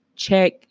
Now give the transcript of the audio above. check